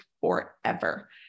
forever